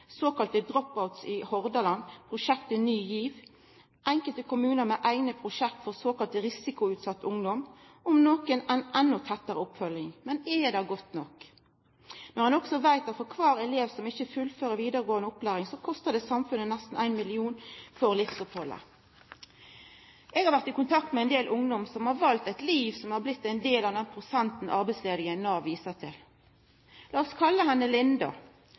i Hordaland, prosjektet Ny GIV, enkelte kommunar med eigne prosjekt for såkalla risikoutsett ungdom, og nokon med endå tettare oppfølging. Men er det godt nok? Er det nokon som veit at kvar elev som ikkje fullførar vidaregåande opplæring, kostar samfunnet nesten 1 mill. kr i livsopphald. Eg har vore i kontakt med ein del ungdom som har valt eit liv der dei har blitt ein del av den prosenten arbeidslause som Nav viser til.